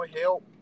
help